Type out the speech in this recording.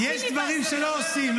הוא הציע לך להביא חוק, ואת לא רצית.